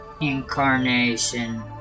Incarnation